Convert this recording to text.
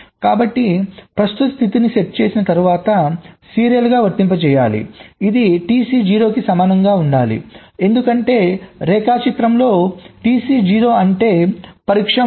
కాబట్టి ప్రస్తుత స్థితిని సెట్ చేసిన తర్వాత సీరియల్గా వర్తింపజేయాలి ఇది TC 0 కి సమానంగా ఉండాలి ఎందుకంటే రేఖాచిత్రంలో TC 0 అంటే పరీక్ష మోడ్